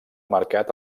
mercat